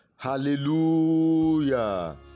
hallelujah